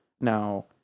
Now